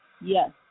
Yes